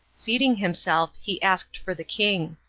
seating himself he asked for the king.